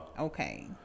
okay